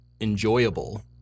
enjoyable